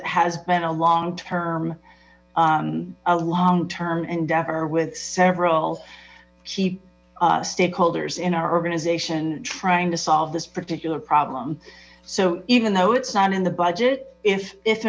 it has been a long term a long term endeavor with several key stakeholders in our organization trying to solve this particular problem so even though it's not in the budget if if